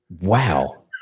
Wow